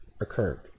occurred